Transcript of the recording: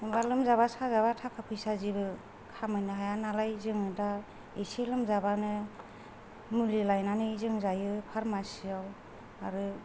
माबा लोमजाबा साजाबा थाखा फैसा जेबो खामायनो हाया नालाय जों दा इसे लोमजाबानो मुलि लायनानै जों जायो फार्मासियाव आरो